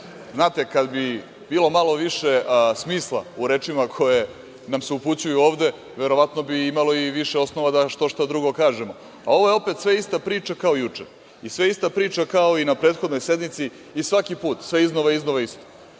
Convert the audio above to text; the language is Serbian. više. Znate, kada bi bilo malo više smisla u rečima koje nam se upućuju ovde verovatno bi imalo i više osnova da štošta drugo kažemo. Ovo je opet sve ista priča kao juče i sve ista priča kao i na prethodnoj sednici i svaki put sve iznosa i iznova isto.